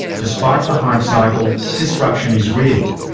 despite the hype cycle, disruption is real,